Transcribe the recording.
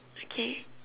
okay